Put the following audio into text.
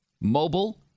mobile